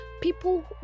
People